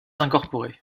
incorporée